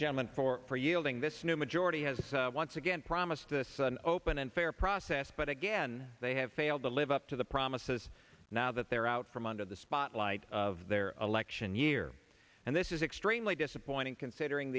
gentlemen for for yielding this new majority has once again promised to an open and fair process but again they have failed to live up to the promises now that they're out from under the spotlight of their election year and this is extremely disappointing considering